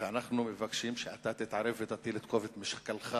ואנחנו מבקשים שאתה תתערב ותטיל את כובד משקלך.